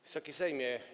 Wysoki Sejmie!